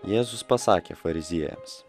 jėzus pasakė fariziejams